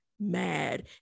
mad